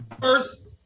First